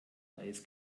eis